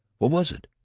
what was it?